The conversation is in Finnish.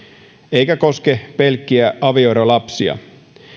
eikä se koske pelkkiä avioerolapsia